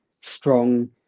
strong